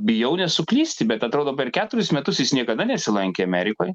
bijau nesuklysti bet atrodo per keturis metus jis niekada nesilankė amerikoj